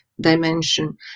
dimension